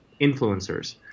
influencers